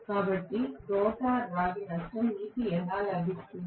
కాబట్టి రోటర్ రాగి నష్టం మీకు ఎలా లభిస్తుంది